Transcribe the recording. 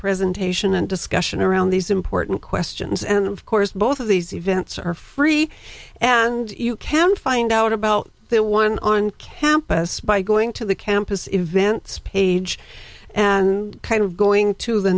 presentation and discussion around these important questions and of course both of these events are free and you can find out about that one on campus by going to the campus events page and kind of going to the